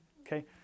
Okay